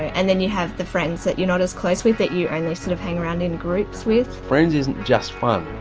and then you have the friends that you're not as close with that you only sort of hang around in groups with. friends isn't just fun,